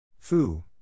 Fu